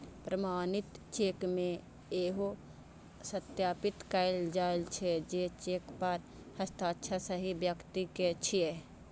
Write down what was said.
प्रमाणित चेक मे इहो सत्यापित कैल जाइ छै, जे चेक पर हस्ताक्षर सही व्यक्ति के छियै